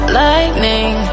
lightning